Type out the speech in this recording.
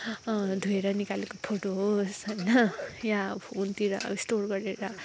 धोएर निकालेको फोटो होस् होइन या फोनतिर स्टोर गरेर